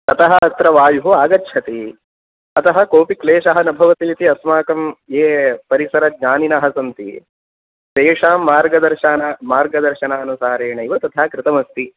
ततः अत्र वायुः आगच्छति अतः कोपि क्लेषः न भवति इति अस्माकं ये परिसरज्ञानिनः सन्ति तेषां मार्गदर्शनानुसारेणैव तथा कृतमस्ति